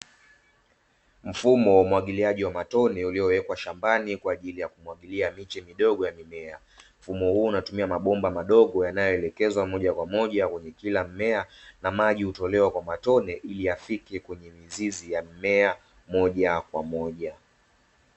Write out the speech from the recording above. Mfumo wa umwagiliaji wa matone uliowekwa shambani kwaajili ya kumwagilia miche midogo ya mimea, mfumo huo unatumia mabomba madogo yanayoelekezwa moja kwa moja kwenye kila mmea na maji hutolewa kwa matone ili yafike kwenye mizizi ya mmea moja kwa moja.